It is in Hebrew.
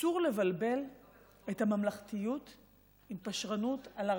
אסור לבלבל את הממלכתיות עם פשרנות על ערכים.